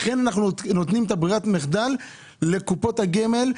לכן אנחנו נותנים את ברירת המחדל לקופות הגמל,